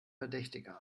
verdächtig